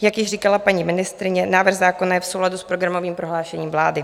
Jak již říkala paní ministryně, návrh zákona je v souladu s programovým prohlášením vlády.